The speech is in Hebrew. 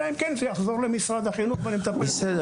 אלא אם כן זה יחזור למשרד החינוך --- בסדר,